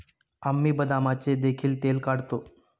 आम्ही बदामाचे देखील तेल काढतो